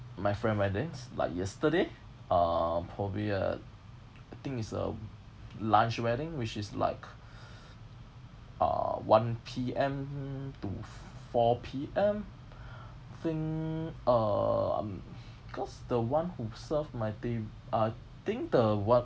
my friend's wedding like yesterday uh probably uh I think it's a lunch wedding which is like uh one P_M to four P_M think um because the one who serve my ta~ I think the one